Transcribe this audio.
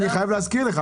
אני חייב להזכיר לך,